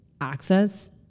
access